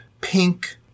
pink